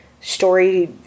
story